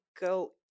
go